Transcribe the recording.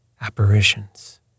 apparitions